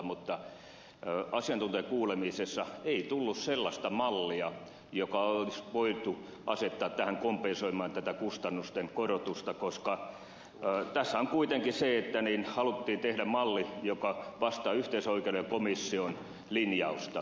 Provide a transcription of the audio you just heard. mutta asiantuntijakuulemisessa ei tullut esille sellaista mallia joka olisi voitu asettaa tähän kompensoimaan tätä kustannusten korotusta koska tässähän kuitenkin haluttiin tehdä malli joka vastaa yhteisöoikeuden ja komission linjausta